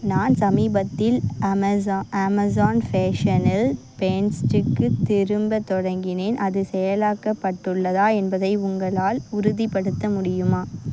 நான் சமீபத்தில் அமேசா அமேசான் ஃபேஷனில் பேண்ட்ஸ்டுக்கு திரும்பத் தொடங்கினேன் அது செயலாக்கப்பட்டுள்ளதா என்பதை உங்களால் உறுதிப்படுத்த முடியுமா